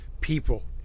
people